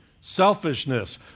selfishness